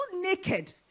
naked